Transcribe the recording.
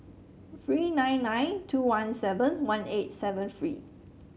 three nine nine two one seven one eight seven three